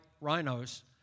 rhinos